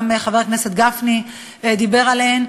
גם חבר הכנסת גפני דיבר עליהן,